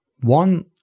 one